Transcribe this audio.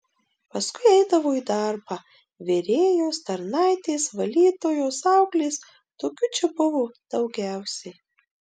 paskui eidavo į darbą virėjos tarnaitės valytojos auklės tokių čia buvo daugiausiai